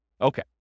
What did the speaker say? Okay